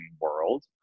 world